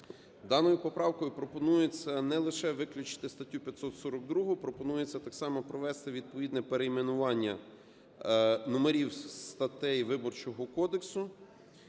Даною поправкою пропонується не лише виключити статтю 542. Пропонується так само провести відповідне перейменування номерів статей Виборчого кодексу,